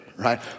right